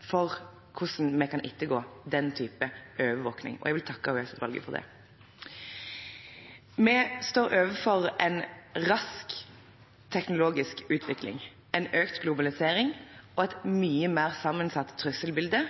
for hvordan vi kan ettergå den typen overvåkning. Jeg vil takke EOS-utvalget for det. Vi står overfor en rask teknologisk utvikling, en økt globalisering og et mye mer sammensatt trusselbilde